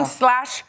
slash